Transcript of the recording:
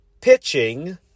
pitching